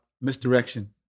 misdirection